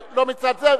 היום.